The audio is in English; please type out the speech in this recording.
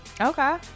Okay